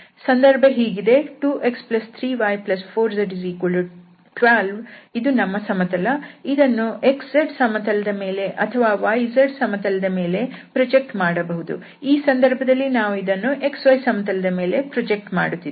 ಸಂದರ್ಭ ಹೀಗಿದೆ 2x3y4z12 ಇದು ನಮ್ಮ ಸಮತಲ ಇದನ್ನು xz ಸಮತಲದ ಮೇಲೆ ಅಥವಾ yz ಸಮತಲದ ಮೇಲೆ ಪ್ರೊಜೆಕ್ಟ್ ಮಾಡಬಹುದು ಈ ಸಂದರ್ಭದಲ್ಲಿ ನಾವು ಇದನ್ನು xy ಸಮತಲದ ಮೇಲೆ ಪ್ರೊಜೆಕ್ಟ್ ಮಾಡುತ್ತಿದ್ದೇವೆ